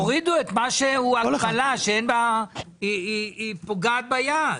תורידו את מה שמהווה הגבלה שפוגעת ביעד.